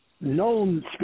known